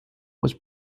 was